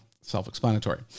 self-explanatory